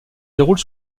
déroule